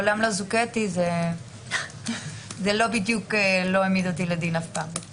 זה לא בדיוק שאף פעם לא העמידו אותו לדין.